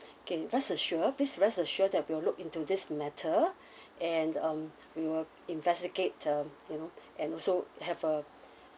okay rest assure please rest assured that we will look into this matter and um we will investigate um you know and also have a